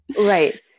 Right